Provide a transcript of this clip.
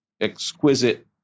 exquisite